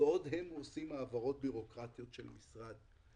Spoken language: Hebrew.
בעוד הם עושים העברות בירוקרטיות של המשרד.